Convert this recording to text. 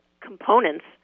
components